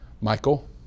Michael